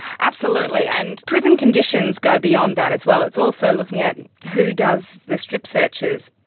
absolutely. and prison conditions go beyond that as well. it's also looking at who does the strip searches.